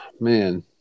man